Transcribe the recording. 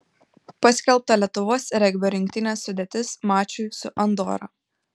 paskelbta lietuvos regbio rinktinės sudėtis mačui su andora